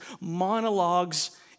monologues